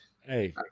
Hey